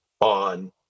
on